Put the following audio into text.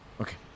Okay